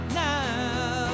now